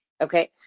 Okay